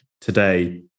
today